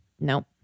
Nope